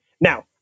Now